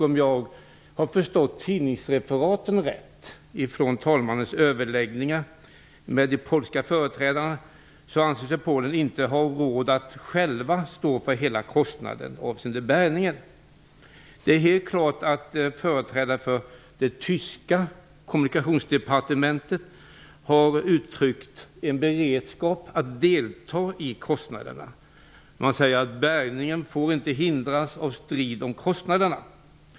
Om jag har förstått tidningsreferaten från talmannens överläggningar med de polska företrädarna rätt, anser man sig i Polen inte ha råd att själv stå för hela kostnaden avseende bärgningen. Det är helt klart att företrädare för det tyska kommunikationsdepartementet har uttryckt en beredskap att delta i kostnaderna. De säger att bärgningen inte får hindras av en strid om kostnaderna.